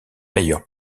meilleure